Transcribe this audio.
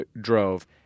drove